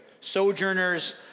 Sojourners